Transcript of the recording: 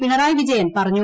പിണറായി വിജയൻ പറഞ്ഞു